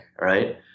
right